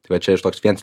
tai va čia iš toks viens